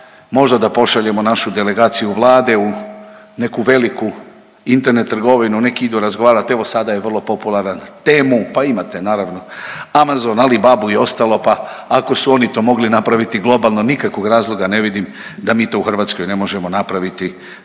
možda da pošaljemo našu delegaciju Vlade u neku veliku internet trgovinu, nek idu razgovarati evo sada je vrlo popularan Temu, pa imate naravno Amazon, Alibabu i ostalo, pa ako su oni to mogli napraviti globalno nikakvog razloga ne vidim da mi to u Hrvatskoj ne možemo napraviti